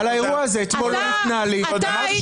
אתה מנצל